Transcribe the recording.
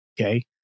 okay